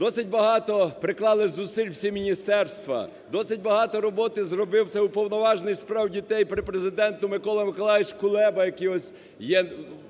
Досить багато приклали зусиль всі міністерства, досить багато роботи зробив це Уповноважений з прав дітей при Президентові Микола Миколайович Кулеба, який ось є